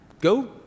go